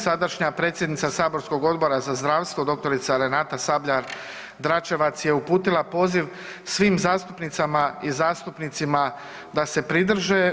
Sadašnja predsjednica saborskog Odbora za zdravstvo dr. Renata Sabljar Dračevac je uputila poziv svim zastupnicama i zastupnicima da se pridruže.